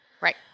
right